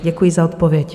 Děkuji za odpověď.